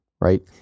right